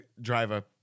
driver